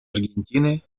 аргентины